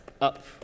up